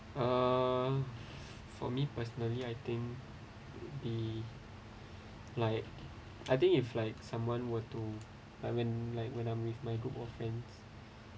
err for me personally I think the like I think if like someone were to like when like when I'm with my group of friends